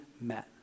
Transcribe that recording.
met